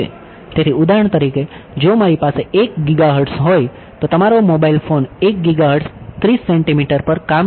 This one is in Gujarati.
તેથી ઉદાહરણ તરીકે જો મારી પાસે 1 ગીગાહર્ટ્ઝ હોય તો તમારો મોબાઇલ ફોન 1 ગીગાહર્ટ્ઝ 30 સેન્ટિમીટર પર કામ કરે છે